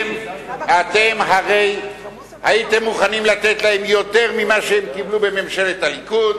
אתם הרי הייתם מוכנים לתת להם יותר ממה שהם קיבלו מממשלת הליכוד,